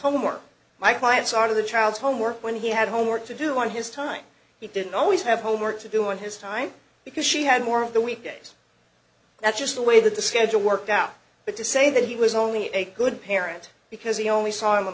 homework my clients are the child's homework when he had homework to do on his time he didn't always have homework to do in his time because she had more on the weekdays that's just the way that the schedule worked out but to say that he was only a good parent because he only saw him on